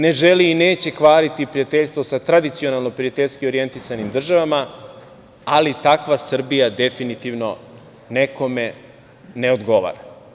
Ne želi i neće kvariti prijateljstvo sa tradicionalno prijateljski orjentisanim državama, ali takva Srbija definitivno nekome ne odgovara.